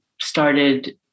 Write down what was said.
started